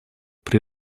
при